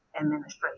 administration